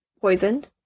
Poisoned